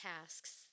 tasks